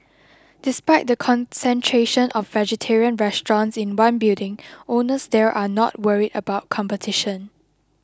despite the concentration of vegetarian restaurants in one building owners there are not worried about competition